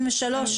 להירגע ולחזור.